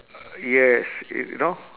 yes it you know